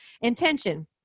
intention